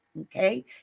okay